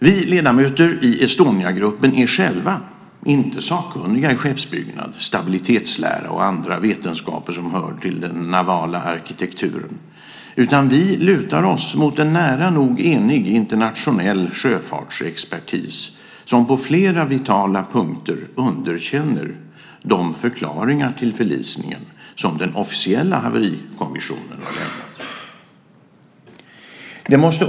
Vi ledamöter i Estoniagruppen är själva inte sakkunniga i skeppsbyggnad, stabilitetslära och andra vetenskaper som hör till den navala arkitekturen, utan vi lutar oss mot en nära nog enig internationell sjöfartsexpertis, som på flera punkter underkänner de förklaringar till förlisningen som den officiella Haverikommissionen har lämnat.